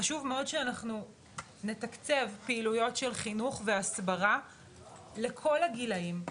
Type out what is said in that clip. חשוב מאוד שאנחנו נתקצב פעילויות של חינוך והסברה לכל הגילאים,